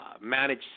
manage